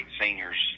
seniors